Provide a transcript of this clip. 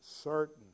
certain